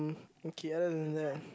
okay other than that